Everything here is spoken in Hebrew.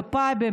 בפאבים,